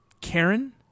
Karen